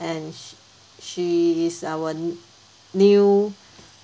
and sh~ she is our new